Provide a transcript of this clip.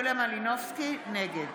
נגד